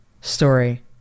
story